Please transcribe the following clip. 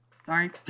Sorry